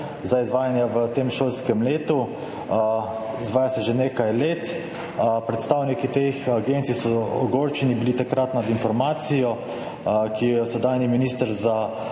za izvajanje v tem šolskem letu, izvaja se že nekaj let. Predstavniki teh agencij so bili takrat ogorčeni nad informacijo, ki jo je sedanji minister za